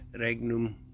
regnum